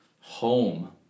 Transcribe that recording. home